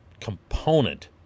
component